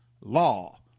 law